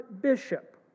bishop